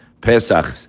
Pesach